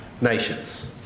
nations